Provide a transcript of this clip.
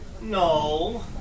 No